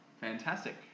Fantastic